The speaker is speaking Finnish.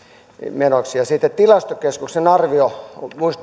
menoiksi ja sitten tilastokeskuksen arvio